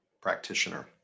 practitioner